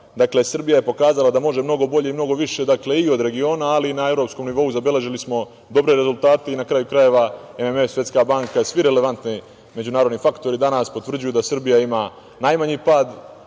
virusa. Srbija je pokazala da može mnogo bolje i mnogo više i od regiona, ali i na evropskom nivou smo zabeležili dobre rezultate i na kraju krajeva, MMF i Svetska banka i svi relevantni međunarodni faktori danas potvrđuju da Srbija ima najmanji pad